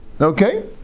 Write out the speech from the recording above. okay